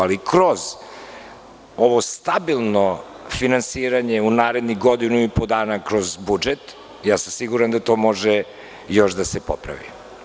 Ali, kroz ovo stabilno finansiranje u narednih godinu i po dana kroz budžet, ja sam siguran da to može još da se popravi.